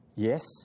Yes